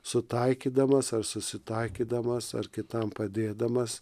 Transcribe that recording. sutaikydamas ar susitaikydamas ar kitam padėdamas